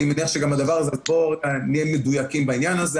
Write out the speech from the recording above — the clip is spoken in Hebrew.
אני יודע שגם הדבר הזה בואו נהיה מדויקים בעניין הזה.